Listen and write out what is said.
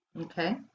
Okay